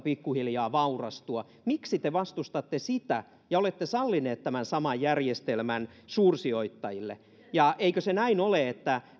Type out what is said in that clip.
pikku hiljaa vaurastua miksi te vastustatte sitä ja olette sallineet tämän saman järjestelmän suursijoittajille ja eikö se näin ole että